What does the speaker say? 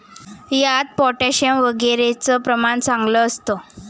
यात पोटॅशियम वगैरेचं प्रमाण चांगलं असतं